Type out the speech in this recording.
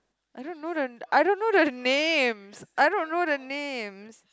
I dunno the I dunno the names I dunno the names